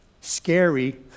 Scary